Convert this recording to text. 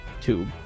tube